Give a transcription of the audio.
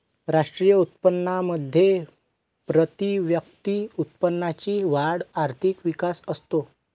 राष्ट्रीय उत्पन्नामध्ये प्रतिव्यक्ती उत्पन्नाची वाढ आर्थिक विकास असतो